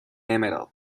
emerald